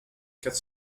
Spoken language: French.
quatre